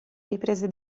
riprese